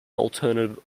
alternative